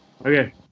Okay